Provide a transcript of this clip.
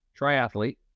triathlete